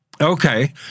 Okay